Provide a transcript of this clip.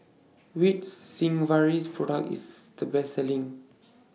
Which Sigvaris Product IS The Best Selling